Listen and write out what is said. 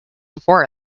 before